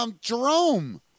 Jerome